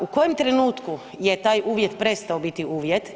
U kojem trenutku je taj uvjet prestao biti uvjet?